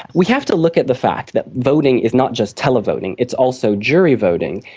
we have to look at the fact that voting is not just televoting, it's also jury voting.